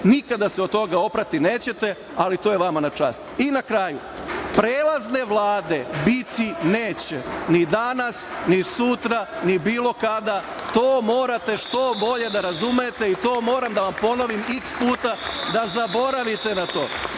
Nikada se od toga oprati nećete, ali to je vama na čast. Na kraju, prelazne Vlade biti neće ni danas, ni sutra, ni bilo kada. To morate što bolje da razumete i to moram da vam ponovim iks puta, da zaboravite na to.